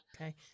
okay